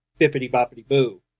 bippity-boppity-boo